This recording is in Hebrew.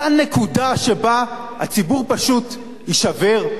אותה נקודה שבה הציבור פשוט יישבר?